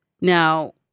Now